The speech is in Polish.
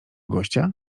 gościa